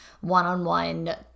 one-on-one